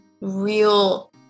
real